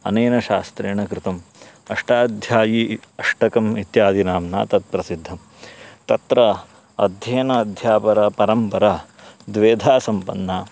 अनेन शास्त्रेण कृतम् अष्टाध्यायी अष्टकम् इत्यादि नाम्ना तत् प्रसिद्धं तत्र अध्ययनम् अध्यापन परम्परा द्विधा सम्पन्ना